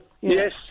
Yes